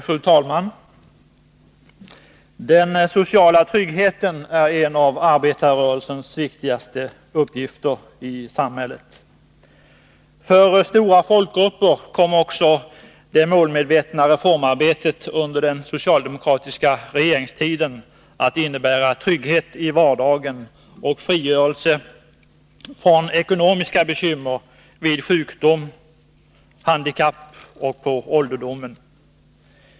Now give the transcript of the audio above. Fru talman! Att sörja för den sociala tryggheten är en av arbetarrörelsens viktigaste uppgifter i samhället. För stora folkgrupper kom också det målmedvetna reformarbetet under den socialdemokratiska regeringstiden att innebära trygghet i vardagen och frigörelse från ekonomiska bekymmer vid sjukdom, vid handikapp och på ålderdomen.